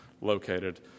located